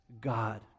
God